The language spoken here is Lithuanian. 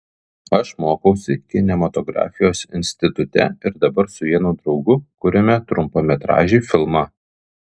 aš mokausi kinematografijos institute ir dabar su vienu draugu kuriame trumpametražį filmą